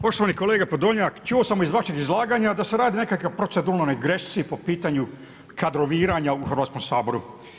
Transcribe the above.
Poštovani kolega Podolnjak, čuo sam iz vašeg izlaganja da se radi o nekakvoj proceduralnoj grešci po pitanju kadroviranja u Hrvatskom saboru.